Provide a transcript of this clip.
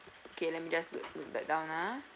okay let me just note note that down ah